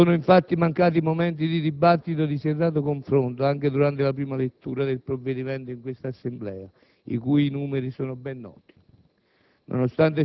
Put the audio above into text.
Non sono, infatti, mancati i momenti di dibattito e di serrato confronto, anche durante la prima lettura del provvedimento in questa Assemblea, i cui numeri sono ben noti.